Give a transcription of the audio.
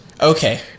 Okay